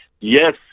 yes